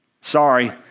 Sorry